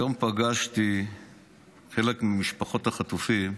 היום פגשתי חלק ממשפחות החטופים,